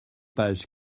pages